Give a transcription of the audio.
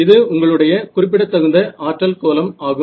இது உங்களுடைய குறிப்பிடத்தகுந்த ஆற்றல் கோலம் ஆகும்